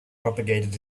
propagated